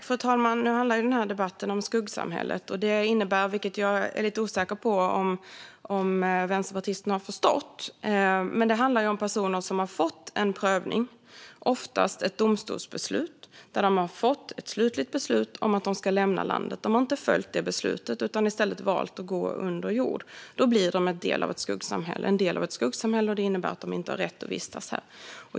Fru talman! Nu handlar den här debatten om skuggsamhället, vilket jag är lite osäker på om vänsterpartisten har förstått. Det handlar om personer som har fått en prövning. Det är oftast ett domstolsbeslut där de har fått ett slutligt beslut om att de ska lämna landet. De har inte följt det beslutet utan har i stället valt att gå under jord. Då blir de en del av ett skuggsamhälle. Det innebär att de inte har rätt att vistas här.